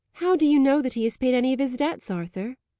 how do you know that he has paid any of his debts, arthur?